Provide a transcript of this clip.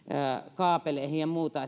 kaapeleihin ja muuta